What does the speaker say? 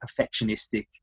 perfectionistic